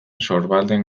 sorbalden